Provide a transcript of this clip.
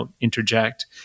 interject